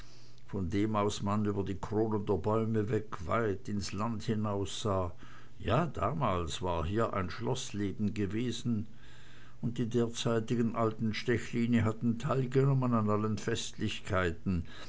von dem aus man über die kronen der bäume weg weit ins land hinaussah ja damals war hier ein schloßleben gewesen und die derzeitigen alten stechline hatten teilgenommen an allen festlichkeiten